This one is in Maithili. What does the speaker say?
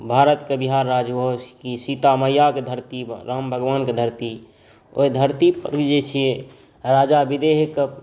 भारतके बिहार राज्यके सीता मइआके धरती राम भगवानके धरती ओहि धरतीपर जे छिए राजा विदेहके